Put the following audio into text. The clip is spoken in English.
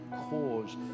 cause